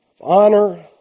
honor